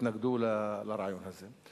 התנגדו לרעיון הזה.